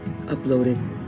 uploaded